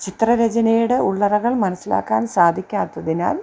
ചിത്രരചനയുടെ ഉള്ളറകൾ മനസ്സിലാക്കാൻ സാധിക്കാത്തതിനാൽ